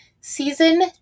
Season